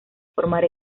formar